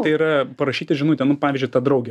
tai yra parašyti žinutę nu pavyzdžiu tą draugę